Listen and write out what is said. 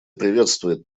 приветствует